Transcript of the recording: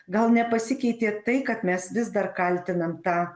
gal nepasikeitė tai kad mes vis dar kaltinam tą